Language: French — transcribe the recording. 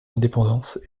indépendance